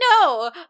no